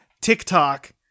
TikTok